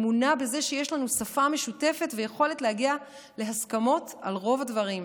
אמונה בזה שיש לנו שפה משותפת ויכולת להגיע להסכמות על רוב הדברים,